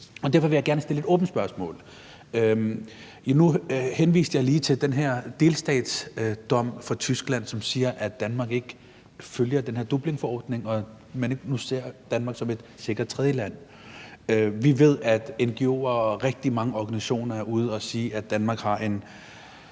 Derfor vil jeg gerne stille et åbent spørgsmål. Nu henviste jeg lige til den her delstatsdom fra Tyskland, som siger, at Danmark ikke følger den her Dublinforordning, og at man nu ikke ser Danmark som et sikkert tredjeland. Vi ved, at ngo'er og rigtig mange organisationer er ude at sige, at Danmark har en